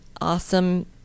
Awesome